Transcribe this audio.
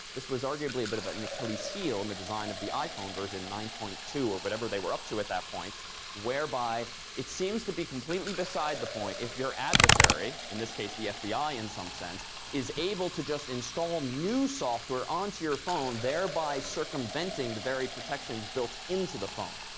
this was arguably a bit of but an achilles heel in the design of the iphone version nine point two or whatever they were up to at that point whereby it seems to be completely beside the point if your adversary in this case, the fbi in some sense is able to just install new software onto your phone thereby circumventing the very protections built into the phone.